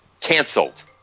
canceled